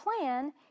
plan